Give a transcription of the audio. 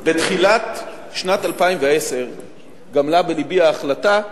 בתחילת שנת 2010 גמלה בלבי ההחלטה,